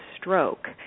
stroke